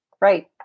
Right